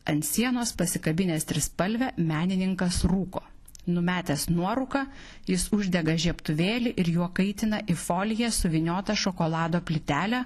ant sienos pasikabinęs trispalvę menininkas rūko numetęs nuorūką jis uždega žiebtuvėlį ir juo kaitina į foliją suvyniotą šokolado plytelę